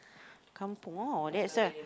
kampung oh that's a